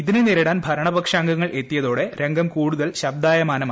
ഇതിനെ നേരിടാൻ ഭരണപക്ഷാംഗങ്ങൾ എത്തിയതോടെ രംഗം കൂടുതൽ ശബ്ദായമാനമായി